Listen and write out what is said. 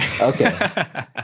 Okay